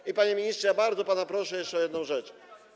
I panie ministrze, ja bardzo pana proszę o jeszcze jedną rzecz.